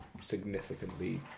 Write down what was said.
significantly